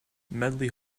medley